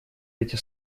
эти